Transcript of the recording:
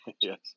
Yes